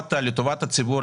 לטובת הציבור,